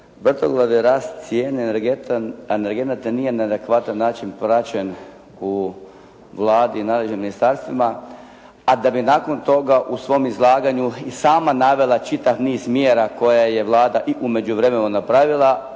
vrtoglavi rast cijene energenata nije na adekvatan način praćen u Vladi i nadležnim ministarstvima, a da bi nakon toga u svom izlaganju i sama navela čitav niz mjera koje je Vlada i u međuvremenu napravila.